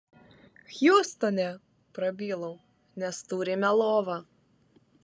hjustone prabilau mes turime lovą